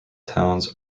towns